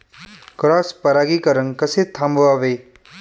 Cross परागीकरण कसे थांबवावे?